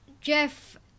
Jeff